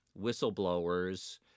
whistleblowers